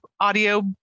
audio